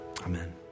Amen